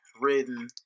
written